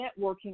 networking